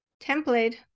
template